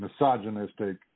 misogynistic